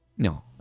No